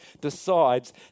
decides